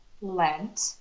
Lent